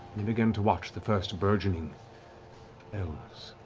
they began to watch the first burgeoning elves,